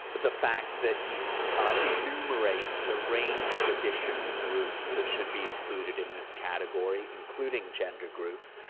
the fact that he enumerates a range of additional groups that should be included in this category, including gender groups.